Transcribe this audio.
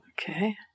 Okay